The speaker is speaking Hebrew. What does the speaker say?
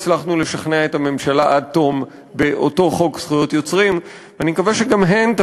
באותו חוק זכות יוצרים שגם בהן לא הצלחנו לשכנע את הממשלה עד תום,